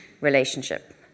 relationship